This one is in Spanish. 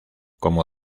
como